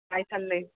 काय चाललं आहे